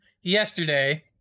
yesterday